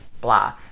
blah